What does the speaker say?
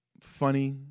funny